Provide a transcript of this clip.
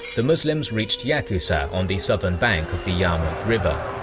the muslims reached yaqusa on the southern bank of the yarmouk river.